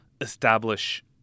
establish